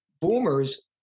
boomers